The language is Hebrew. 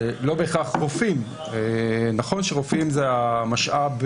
זה לא בהכרח רופאים, נכון שרופאים זה המשאב,